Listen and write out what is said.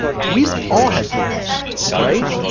we've all had sleepless nights, right?